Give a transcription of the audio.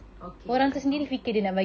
okay faham